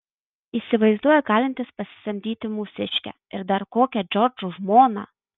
įsivaizduoja galintis pasisamdyti mūsiškę ir dar kokią džordžo žmoną